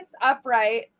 upright